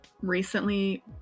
recently